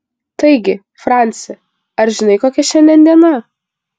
taigi franci ar žinai kokia šiandien diena